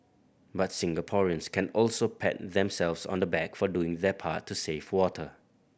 but Singaporeans can also pat themselves on the back for doing their part to save water